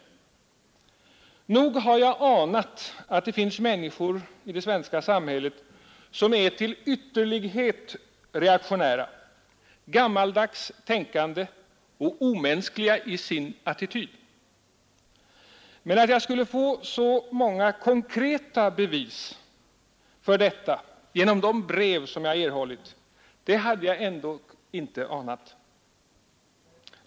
Nog har jag anat att det finns människor i det svenska samhället som är till ytterlighet reaktionära, gammaldags tänkande och omänskliga i sin attityd. Men att jag skulle få så konkreta bevis för detta genom de brev jag erhållit hade jag ändå inte anat.